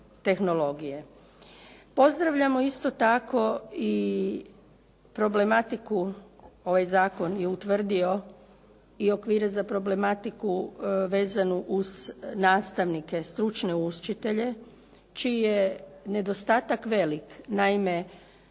tehnologije. Pozdravljamo isto tako i problematiku. Ovaj zakon je utvrdio i okvire za problematiku vezanu uz nastavnike, stručne učitelje čiji je nedostatak velik. Naime,